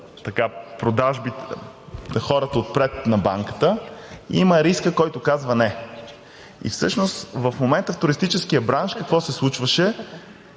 това са хората отпред на банката, и има рискът, който казва „не“. Всъщност в момента в туристическия бранш какво се случваше?